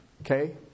Okay